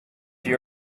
you